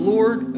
Lord